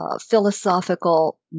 philosophical